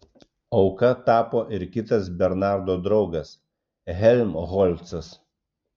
auka tapo ir kitas bernardo draugas helmholcas